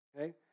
okay